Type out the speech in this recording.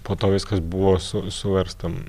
po to viskas buvo su suversta